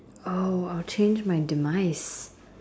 oh I'll change my demise